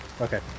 Okay